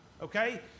okay